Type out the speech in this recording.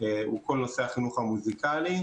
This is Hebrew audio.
הוא כל נושא החינוך המוסיקלי.